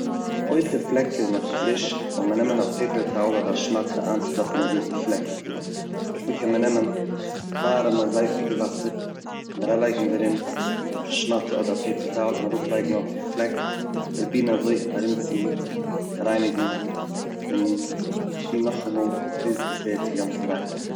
אויב די פלעק איז נאך פריש זאל מען נעמען א פעפער טאועל אדער שמאטע איינצוזאפן די פלעק, נאכדעם קען מען נעמען ווארעמע זייפיגע וואסער און אריינלייגן דערין א שמאטע אדער פעפער טאועל, ארויפלייגן אויף די פלעק, פראבירן אזוי ארומצורייניגן און טון נאכאמאל ביז עס ווערט אינגאנצן ריין.